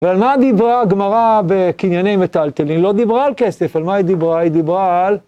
ועל מה דיברה גמרא בקנייני מטלטלין? היא לא דיברה על כסף, על מה היא דיברה? היא דיברה על...